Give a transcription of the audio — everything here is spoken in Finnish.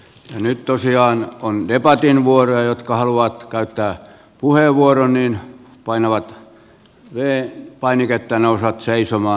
nyt tosiaan on debatin vuoro ja ne jotka haluavat käyttää puheenvuoron painavat v painiketta ja nousevat seisomaan